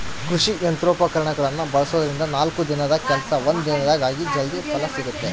ಕೃಷಿ ಯಂತ್ರೋಪಕರಣಗಳನ್ನ ಬಳಸೋದ್ರಿಂದ ನಾಲ್ಕು ದಿನದ ಕೆಲ್ಸ ಒಂದೇ ದಿನದಾಗ ಆಗಿ ಜಲ್ದಿ ಫಲ ಸಿಗುತ್ತೆ